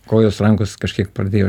kojos rankos kažkiek pradėjo